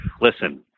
Listen